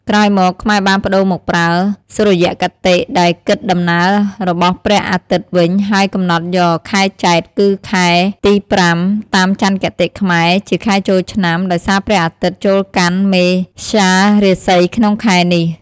ក្រោយមក ខ្មែរបានប្ដូរមកប្រើ សុរិយគតិ ដែលគិតដំណើររបស់ព្រះអាទិត្យវិញ ហើយកំណត់យក ខែចេត្រ គឺខែទី ៥ តាមចន្ទគតិខ្មែរ ជាខែចូលឆ្នាំ ដោយសារព្រះអាទិត្យចូលកាន់មេស្យារាសីក្នុងខែនេះ។